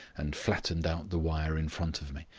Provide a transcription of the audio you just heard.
and flattened out the wire in front of me.